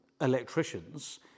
electricians